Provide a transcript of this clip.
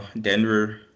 Denver